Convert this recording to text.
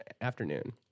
afternoon